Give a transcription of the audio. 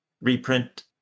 reprint